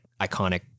iconic